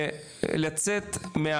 ולצאת,